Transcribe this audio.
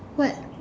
what